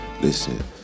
listen